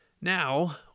Now